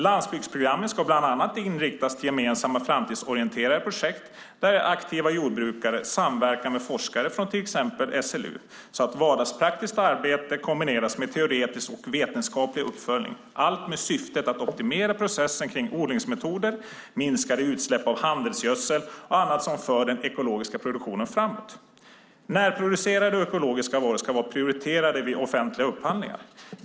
Landsbygdsprogrammet ska bland annat inriktas på gemensamma, framtidsorienterade projekt där aktiva jordbrukare samverkar med forskare från till exempel SLU så att vardagspraktiskt arbete kombineras med teoretisk och vetenskapliga uppföljningar, allt med syftet att optimera processen kring odlingsmetoder, minskade utsläpp av handelsgödsel och annat som för den ekologiska produktionen framåt. Närproducerade och ekologiska varor ska vara prioriterade vid offentliga upphandlingar.